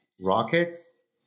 rockets